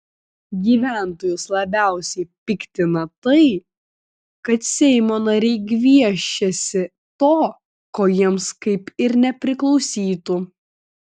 gyventojus labiausiai piktina tai kad seimo nariai gviešiasi to ko jiems kaip ir nepriklausytų